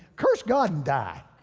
curse god and die?